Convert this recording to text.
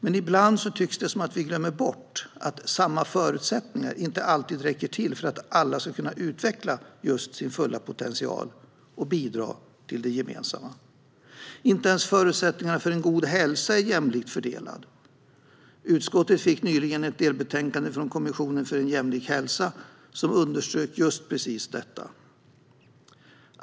Men ibland verkar vi glömma bort att samma förutsättningar inte alltid räcker till för att alla ska kunna utveckla sin fulla potential och bidra till det gemensamma. Inte ens förutsättningarna för en god hälsa är jämlikt fördelade. Utskottet fick nyligen ett delbetänkande från Kommissionen för en jämlik hälsa som underströk just detta.